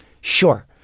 Sure